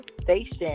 Station